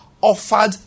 offered